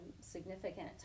significant